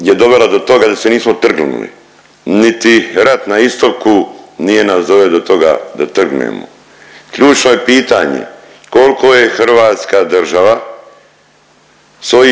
je dovle do toga da se nismo trgnuli, niti rat na istoku nije nas doveo do toga da trgnemo. Ključno je pitanje, kolko je Hrvatska država svojih